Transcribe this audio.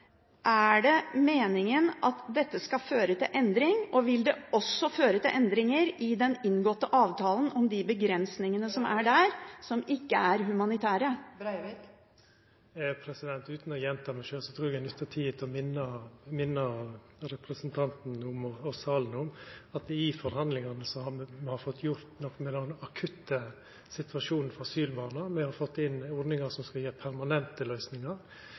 Er det meningen at dette skal føre til endring? Og vil det også føre til endringer i den inngåtte avtalen om de begrensningene som er der, som ikke er humanitære? Utan å gjenta meg sjølv trur eg eg nyttar tida til å minna representanten og salen om at me i forhandlingane har fått gjort noko med den akutte situasjonen for Syria-barna. Me har fått inn ordningar som skal gje permanente løysingar.